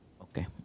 Okay